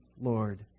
Lord